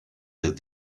that